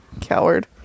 Coward